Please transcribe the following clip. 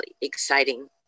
exciting